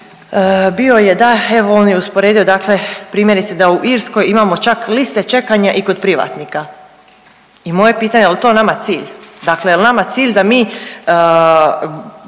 bio je da, evo on je usporedio dakle primjerice da u Irskoj imamo čak liste čekanja i kod privatnika. I moje pitanje jel' to nama cilj? Dakle, jel' nama cilj da mi